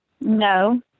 No